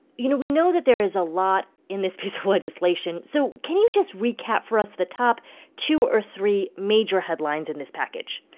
you know, we know that there is a lot in this piece of legislation. so can you just recap for us the top two or three major headlines in this package?